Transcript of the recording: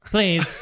Please